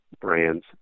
brands